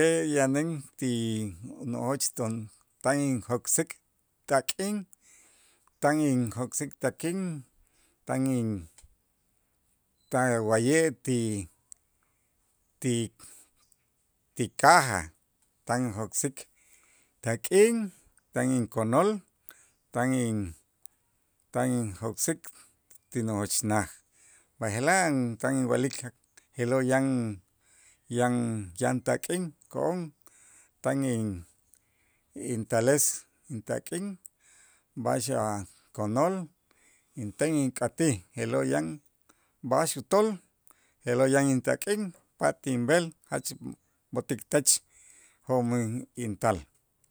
ye' yanen ti nojoch ton tan injok'sik tak'in tan injok'sik tak'in tan in ta' wa'ye' ti ti ti caja tan injok'sik tak'in tan inkonol tan in tan injok'sik ti nojojch naj, b'aje'laj tan inwa'lik je'lo' yan yan yan tak'in ko'on tan in- intales intak'in b'a'ax a' konol, inten ink'atij je'lo' yan b'a'ax utool je'lo' yan intak'in pat inb'el jach b'o'tik tech jo'mij intal.